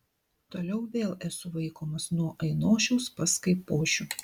toliau vėl esu vaikomas nuo ainošiaus pas kaipošių